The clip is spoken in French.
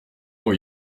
moi